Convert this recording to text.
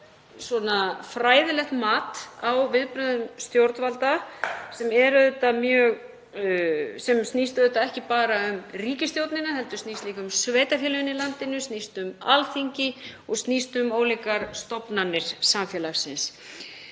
að fá fræðilegt mat á viðbrögðum stjórnvalda. Það snýst auðvitað ekki bara um ríkisstjórnina heldur líka um sveitarfélögin í landinu, snýst um Alþingi og snýst um ólíkar stofnanir samfélagsins.